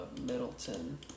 Middleton